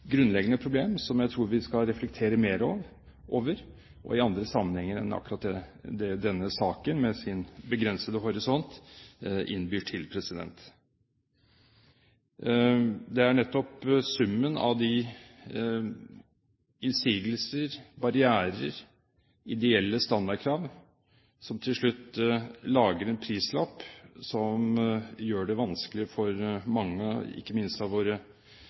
grunnleggende problem som jeg tror vi skal reflektere mer over, og i andre sammenhenger enn det akkurat denne saken, med sin begrensede horisont, innbyr til. Det er nettopp summen av innsigelser, barrierer og ideelle standardkrav som til slutt lager en prislapp som gjør det vanskelig for mange, ikke minst våre nye landsmenn og våre